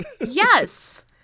Yes